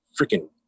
freaking